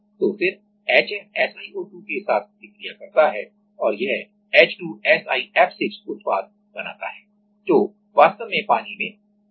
तो फिर HF SiO2 के साथ प्रतिक्रिया करता है और यह H2SiF6 उत्पाद बनाता है जो वास्तव में पानी में घुलनशील है